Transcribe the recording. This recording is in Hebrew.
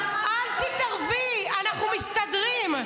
אל תתערבי, אנחנו מסתדרים.